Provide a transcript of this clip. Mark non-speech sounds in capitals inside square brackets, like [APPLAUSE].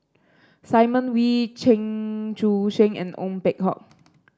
Simon Wee Chen Sucheng and Ong Peng Hock [NOISE]